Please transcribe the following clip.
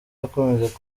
yakomeje